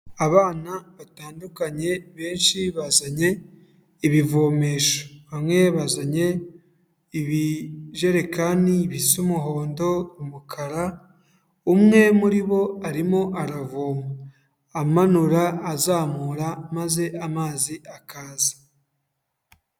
Abana batandukanye benshi bazanye ibivomesha, bamwe bazanye ibijerekani bisa umuhondo, umukara, umwe muri bo arimo aravoma amanura, azamura maze amazi akaza.